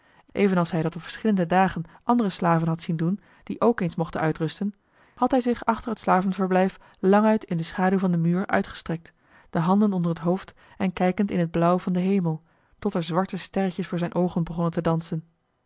evenals hij dat op verschillende dagen andere slaven had zien doen die ook eens mochten uitrusten had hij zich achter het slavenverblijf languit in de schaduw van den muur uitgestrekt de handen onder het hoofd en kijkend in het blauw van den hemel tot er zwarte sterretjes voor zijn oogen begonnen te dansen